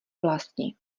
vlasti